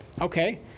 Okay